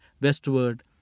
westward